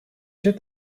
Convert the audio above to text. zit